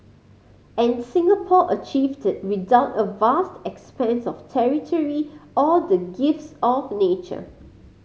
and Singapore achieved without a vast expanse of territory or the gifts of nature